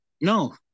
No